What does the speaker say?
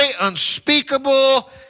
unspeakable